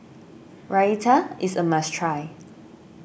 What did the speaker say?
Raita is a must try